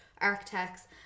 architects